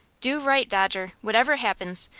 do right, dodger, whatever happens.